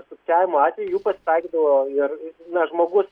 sukčiavimo atvejų jų pasitaikydavo ir na žmogus